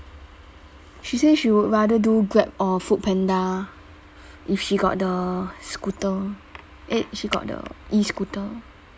she said she would rather do grab or foodpanda if she got the scooter eh she got the E-scooter